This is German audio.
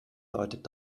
deutet